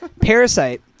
Parasite